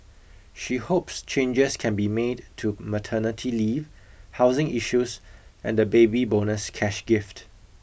she hopes changes can be made to maternity leave housing issues and the baby bonus cash gift